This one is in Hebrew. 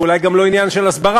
ואולי גם לא עניין של הסברה,